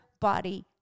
body